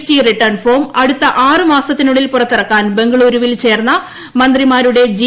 T return form അടുത്ത ആറുമാസത്തിനുള്ളിൽ പുറത്തിറക്കാൻ ബംഗ്ലളൂരുവിൽ ചേർന്ന മന്ത്രിമാരുടെ ജി